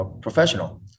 professional